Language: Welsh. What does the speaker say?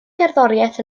gerddoriaeth